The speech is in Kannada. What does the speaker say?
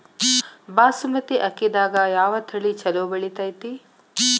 ಬಾಸುಮತಿ ಅಕ್ಕಿದಾಗ ಯಾವ ತಳಿ ಛಲೋ ಬೆಳಿತೈತಿ?